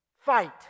fight